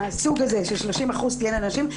ייצוג הזה של 30% תהיינה נשים,